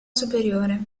superiore